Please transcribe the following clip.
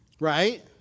Right